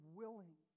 willing